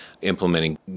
implementing